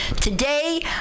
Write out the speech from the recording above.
Today